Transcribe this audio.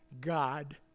God